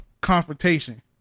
confrontation